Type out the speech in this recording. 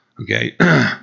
Okay